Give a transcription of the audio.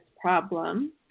problem